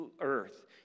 earth